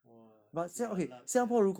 !wah! jialat sia